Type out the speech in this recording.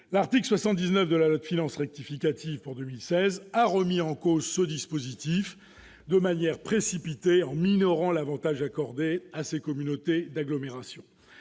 L'article 79 de la loi de finances rectificative pour 2016 a remis en cause ce dispositif de manière précipitée, en minorant l'avantage accordé à ces communautés d'agglomération.